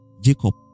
Jacob